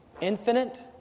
infinite